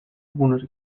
algunos